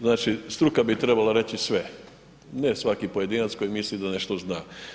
Znači, struka bi trebala reći sve, ne svaki pojedinac koji misli da nešto zna.